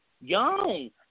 Young